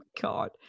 God